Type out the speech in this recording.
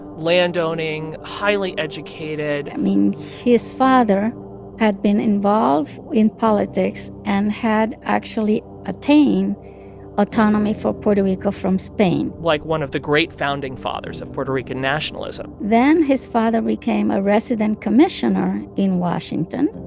land-owning, highly educated. i mean, his father had been involved in politics and had actually attained autonomy for puerto rico from spain like, one of the great founding fathers of puerto rican nationalism. then his father became a resident commissioner in washington,